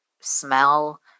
smell